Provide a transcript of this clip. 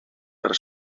per